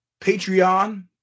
Patreon